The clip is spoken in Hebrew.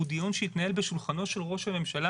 הוא דיון שהתנהל בשולחנו של ראש הממשלה